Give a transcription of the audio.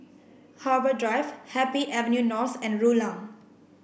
Harbour Drive Happy Avenue North and Rulang